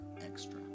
extra